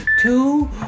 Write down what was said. Two